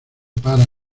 para